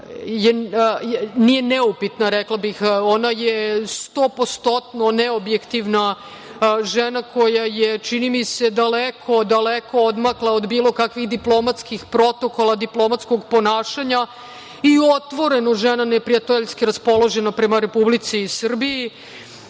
nije neupitna rekla bih, ona je stopostotno neobjektivna, žena koja je čini mi se daleko odmakla od bilo kakvih diplomatskih protokola, diplomatskog ponašanja i otvoreno žena neprijateljski žena raspoložena prema Republici Srbiji. Mogu